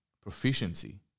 proficiency